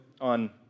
on